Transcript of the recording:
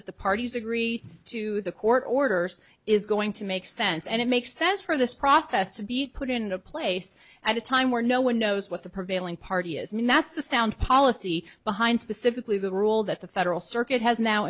that the parties agree to the court orders is going to make sense and it makes sense for this process to be put into place at a time where no one knows what the prevailing party is mean that's the sound policy behind specifically the rule that the federal circuit has now